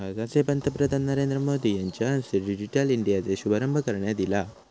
भारताचे पंतप्रधान नरेंद्र मोदी यांच्या हस्ते डिजिटल इंडियाचो शुभारंभ करण्यात ईला